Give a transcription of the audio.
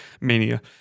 mania